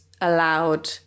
allowed